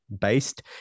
based